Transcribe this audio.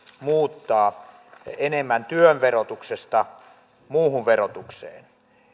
muuttaa enemmän työn verotuksesta muuhun verotukseen